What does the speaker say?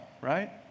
right